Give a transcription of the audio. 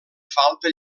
falta